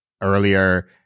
earlier